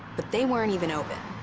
but they weren't even open.